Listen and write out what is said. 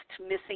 missing